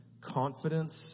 confidence